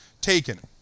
taken